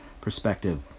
perspective